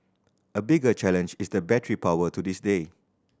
a bigger challenge is the battery power to this day